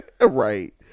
right